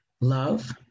love